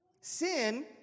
Sin